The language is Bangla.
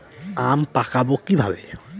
আম পাকাবো কিভাবে?